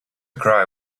cry